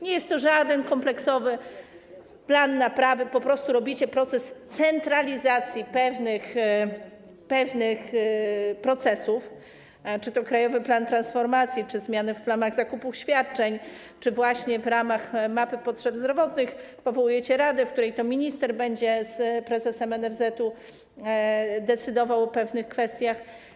Nie jest to żaden kompleksowy plan naprawy, po prostu robicie centralizację pewnych procesów - czy to krajowy plan transformacji, czy zmiany w planach zakupów świadczeń, czy w ramach mapy potrzeb zdrowotnych powołujcie radę, w której to minister z prezesem NFZ-u będą decydowali o pewnych kwestiach.